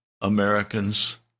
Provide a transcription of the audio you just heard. Americans